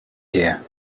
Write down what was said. here